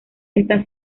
esta